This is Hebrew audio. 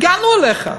הגענו אליך.